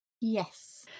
Yes